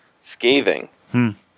scathing